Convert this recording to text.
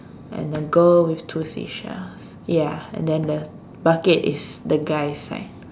and the girl with two seashells ya and then the bucket is the guy's side